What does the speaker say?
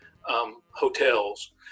hotels